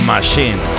Machine